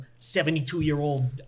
72-year-old